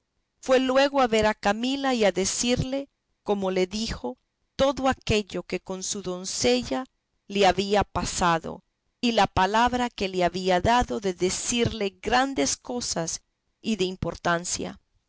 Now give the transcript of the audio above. fue luego a ver a camila y a decirle como le dijo todo aquello que con su doncella le había pasado y la palabra que le había dado de decirle grandes cosas y de importancia